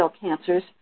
cancers